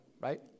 right